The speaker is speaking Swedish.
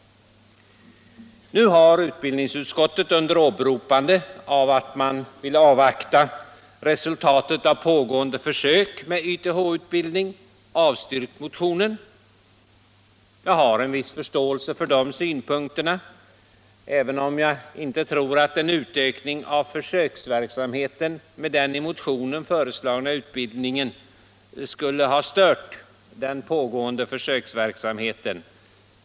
Nu har utbildningsutskottet under åberopande av att det vill avvakta resultatet av pågående försök med YTH-utbildning avstyrkt motionen. Jag har en viss förståelse för utskottets synpunkter, även om jag inte tror att en utökning av försöksverksamheten med den i motionen föreslagna utbildningen skulle ha stört den pågående försöksverksamheten.